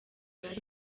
bari